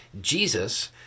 Jesus